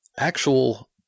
Actual